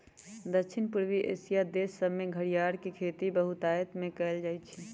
दक्षिण पूर्वी एशिया देश सभमें घरियार के खेती बहुतायत में कएल जाइ छइ